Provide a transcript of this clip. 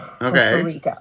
Okay